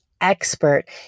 expert